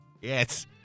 Yes